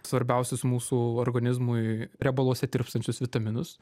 svarbiausius mūsų organizmui riebaluose tirpstančius vitaminus